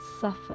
suffer